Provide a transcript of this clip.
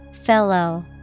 Fellow